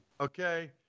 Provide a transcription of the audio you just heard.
okay